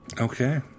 Okay